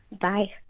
bye